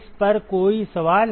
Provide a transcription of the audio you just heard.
इस पर कोई सवाल